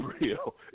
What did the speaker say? real